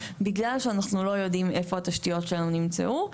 בגלל שאנחנו לא יודעים איפה התשתיות שלנו נמצאו.